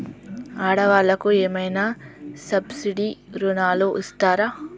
ఆడ వాళ్ళకు ఏమైనా సబ్సిడీ రుణాలు ఇస్తారా?